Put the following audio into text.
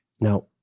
Now